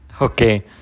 okay